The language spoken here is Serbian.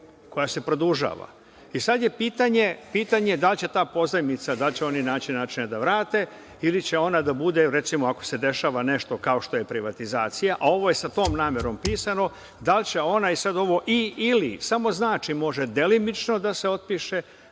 koja se produžava i sada je pitanje da li će ta pozajmica, da li će oni naći načina da vrate ili će ona da bude, recimo, ako se dešava nešto kao što je privatizacija, a ovo je sa tom namerom pisano, da li će ona, i sada ovo „i/ili“ samo znači – može delimično da se otpiše,